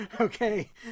Okay